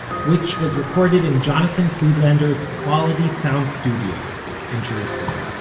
which was recorded in jonathan friedlander's quality sound studio in jerusalem.